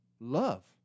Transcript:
love